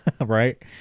Right